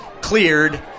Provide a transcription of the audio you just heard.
Cleared